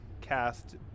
cast